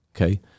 Okay